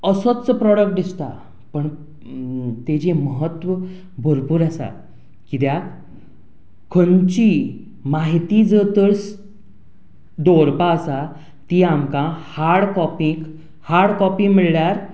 असोच प्रोडक्ट दिसता पूण ताजें म्हत्व भरपूर आसा कित्याक खंयची म्हायती जर तर दवरपाक आसा ती आमकां हार्ड कॉपीक हार्ड कॉपी म्हणल्यार